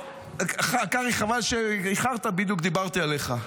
קרעי, חבל שאיחרת, בדיוק דיברתי עליך.